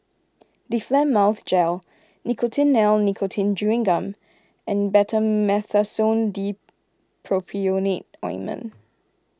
Difflam Mouth Gel Nicotinell Nicotine Chewing Gum and Betamethasone Dipropionate Ointment